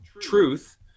truth